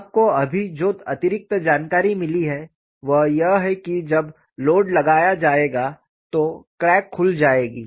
आपको अभी जो अतिरिक्त जानकारी मिली है वह यह है कि जब लोड लगाया जाएगा तो क्रैक खुल जाएगी